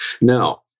now